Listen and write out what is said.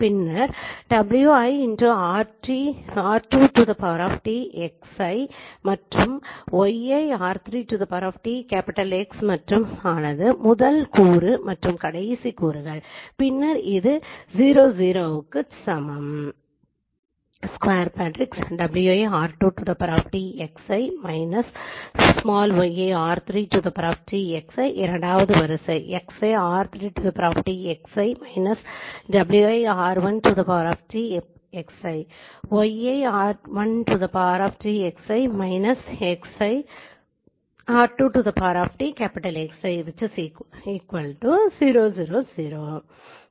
பின்னர் wi r2T Xi மற்றும் yir3T X மற்றும் ஆனது முதல் கூறு மற்றும் கடைசி கூறுகள் பின்னர் அது 0 0 0 க்கு சமம்